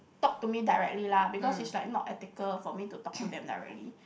talk to me directly lah because is like not ethical for me to talk to them directly